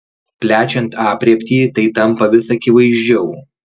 plečiant aprėptį tai tampa vis akivaizdžiau